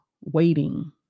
waiting